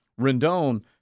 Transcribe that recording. Rendon